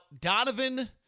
Donovan